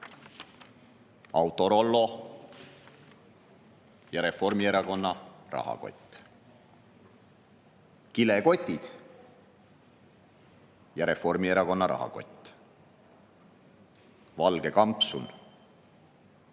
Autorollo ja Reformierakonna rahakott. Kilekotid ja Reformierakonna rahakott. Valge kampsun